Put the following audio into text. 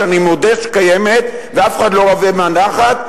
שאני מודה שקיימת ואף אחד לא רווה ממנה נחת,